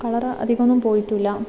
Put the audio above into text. colour അധികമൊന്നും പോയിട്ടില്ല